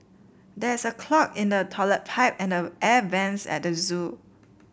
there is a clog in the toilet pipe and the air vents at the zoo